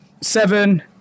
seven